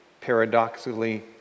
paradoxically